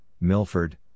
Milford